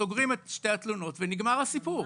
סוגרים את שתי התלונות ונגמר הסיפור.